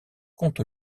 compte